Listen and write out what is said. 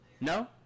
No